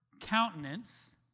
countenance